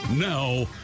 Now